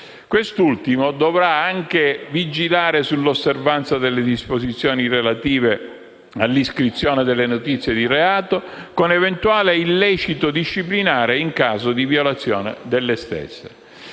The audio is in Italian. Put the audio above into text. Quest'ultimo dovrà anche vigilare sull'osservanza delle disposizioni relative all'iscrizione delle notizie di reato, con eventuale illecito disciplinare in caso di violazione delle stesse.